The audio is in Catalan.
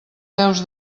peus